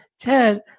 Ted